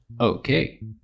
Okay